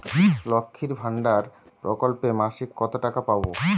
লক্ষ্মীর ভান্ডার প্রকল্পে মাসিক কত টাকা পাব?